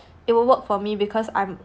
it would work for me because I'm